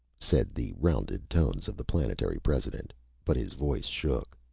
said the rounded tones of the planetary president but his voice shook,